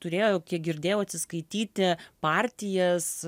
turėjo kiek girdėjau atsiskaityti partijas